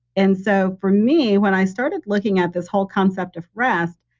and so for me, when i started looking at this whole concept of rest,